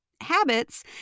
Habits